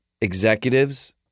executives